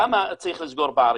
למה צריך לסגור פערים?